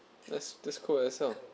just just go yourself